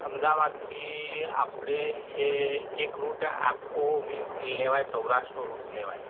અમદાવાદથી આપણે એક રુટ આખો મીન્સ લેવાય સૌરાષ્ટ્રનો રુટ લેવાય